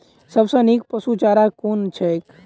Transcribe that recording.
सबसँ नीक पशुचारा कुन छैक?